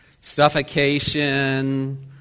suffocation